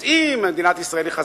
אז אם מדינת ישראל היא חזקה,